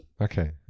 Okay